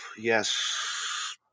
Yes